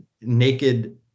naked